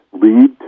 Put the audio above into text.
lead